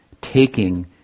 taking